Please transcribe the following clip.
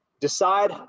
decide